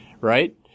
right